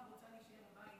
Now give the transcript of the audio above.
אימא מבחירה רוצה להישאר בבית